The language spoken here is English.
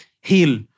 heal